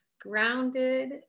grounded